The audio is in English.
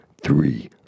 three